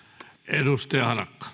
arvoisa